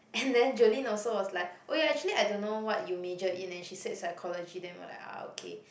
and then Jolene also was like oh ya actually I don't know what you major in and she said psychology then we are like ah okay